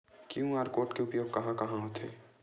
QR code के उपयोग कहां कहां होथे?